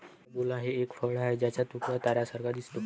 carambola हे एक फळ आहे ज्याचा तुकडा ताऱ्यांसारखा दिसतो